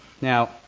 Now